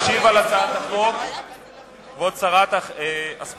תשיב על הצעת החוק כבוד שרת הספורט